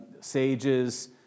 sages